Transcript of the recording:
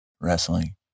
wrestling